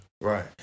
Right